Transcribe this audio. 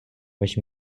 which